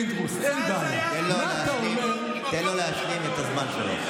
חבר הכנסת פינדרוס, תן לו להשלים את הזמן שלו.